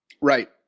Right